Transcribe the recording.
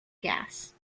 gas